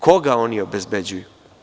Koga oni obezbeđuju?